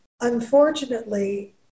Unfortunately